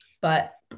but-